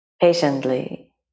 patiently